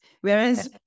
Whereas